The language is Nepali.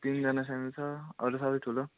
तिनजना सानो छ अरू सबै ठुलो